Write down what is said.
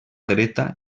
dreta